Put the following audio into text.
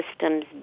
systems